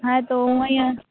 હા તો હું અઇયાં